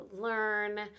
learn